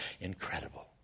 Incredible